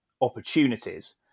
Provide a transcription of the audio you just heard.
opportunities